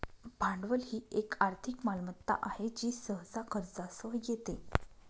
भांडवल ही एक आर्थिक मालमत्ता आहे जी सहसा खर्चासह येते